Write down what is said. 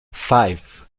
five